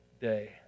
day